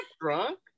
drunk